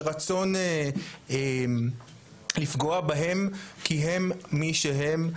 ורצון לפגוע בהם כי הם מי שהם,